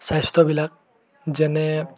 স্বাস্থ্যবিলাক যেনে